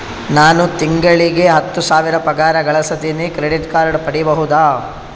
ನಾನು ತಿಂಗಳಿಗೆ ಹತ್ತು ಸಾವಿರ ಪಗಾರ ಗಳಸತಿನಿ ಕ್ರೆಡಿಟ್ ಕಾರ್ಡ್ ಪಡಿಬಹುದಾ?